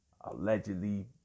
allegedly